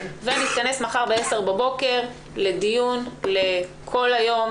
ונתכנס מחר בעשר בבוקר לדיון כל היום,